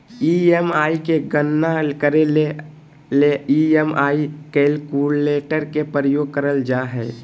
EMI के गणना करे ले ई.एम.आई कैलकुलेटर के प्रयोग करल जा हय